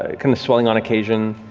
ah kind of swelling on occasion.